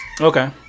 Okay